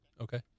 Okay